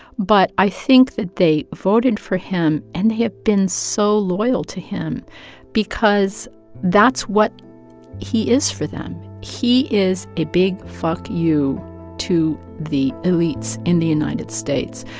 but i think that they voted for him and they have been so loyal to him because that's what he is for them. he is a big fuck you to the elites in the united states.